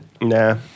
Nah